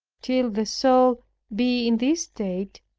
till the soul be in this state,